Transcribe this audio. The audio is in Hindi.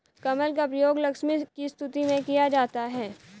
कमल का प्रयोग लक्ष्मी की स्तुति में किया जाता है